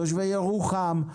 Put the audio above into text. תושבי ירוחם?